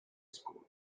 school